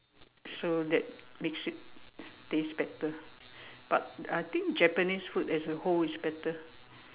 so that makes it taste better but I think Japanese food as a whole is better